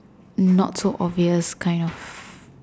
not so obvious kind of